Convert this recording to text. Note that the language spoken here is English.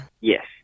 Yes